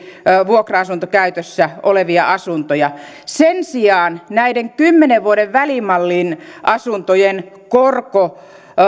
vuokra asuntokäytössä olevia asuntoja sen sijaan näiden kymmenen vuoden välimallin asuntojen